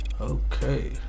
Okay